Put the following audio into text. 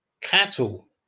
cattle